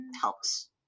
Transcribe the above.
helps